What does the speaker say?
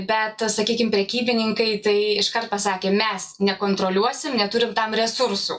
ir bet sakykim prekybininkai tai iškart pasakė mes nekontroliuosim neturim tam resursų